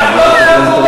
אני אומר